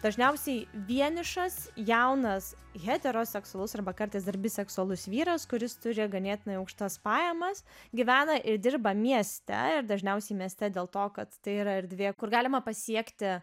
dažniausiai vienišas jaunas heteroseksualus arba kartais dar biseksualus vyras kuris turi ganėtinai aukštas pajamas gyvena ir dirba mieste ir dažniausiai mieste dėl to kad tai yra erdvė kur galima pasiekti